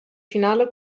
finale